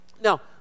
Now